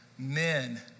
Men